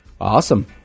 Awesome